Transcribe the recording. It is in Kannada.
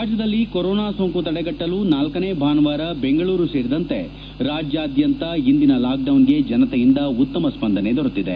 ರಾಜ್ಯದಲ್ಲಿ ಕೊರೊನಾ ಸೋಂಕು ತಡೆಗಟ್ಟಲು ನಾಲ್ಕನೇ ಭಾನುವಾರ ಬೆಂಗಳೂರು ಸೇರಿದಂತೆ ರಾಜ್ಯಾದ್ಯಂತ ಇಂದಿನ ಲಾಕ್ಡೌನ್ಗೆ ಜನತೆಯಿಂದ ಉತ್ತಮ ಸ್ವಂದನೆ ದೊರೆತಿದೆ